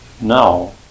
now